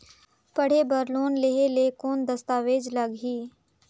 पढ़े बर लोन लहे ले कौन दस्तावेज लगही?